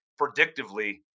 predictively